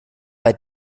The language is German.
bei